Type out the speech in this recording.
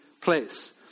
place